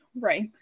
Right